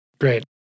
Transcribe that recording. Great